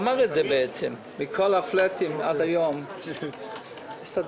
מכל הפלאטים עד היום הסתדרתי.